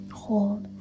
hold